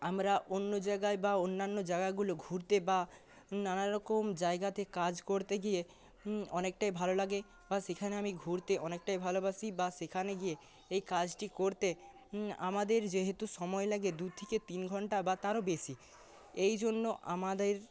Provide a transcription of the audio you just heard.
আমরা অন্য জায়গায় বা অন্যান্য জায়গাগুলো ঘুরতে বা নানারকম জায়গাতে কাজ করতে গিয়ে অনেকটাই ভালো লাগে বা সেখানে আমি ঘুরতে অনেকটাই ভালোবাসি বা সেখানে গিয়ে এই কাজটি করতে আমাদের যেহেতু সময় লাগে দুই থেকে তিন ঘন্টা বা তারও বেশি এই জন্য আমাদের